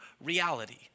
reality